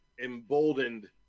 emboldened